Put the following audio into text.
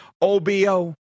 OBO